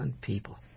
people